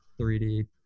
3d